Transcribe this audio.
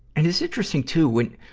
and it's interesting, too. when,